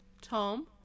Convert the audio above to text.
Tom